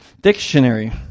dictionary